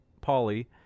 Polly